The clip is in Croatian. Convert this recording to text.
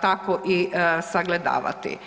tako i sagledavati.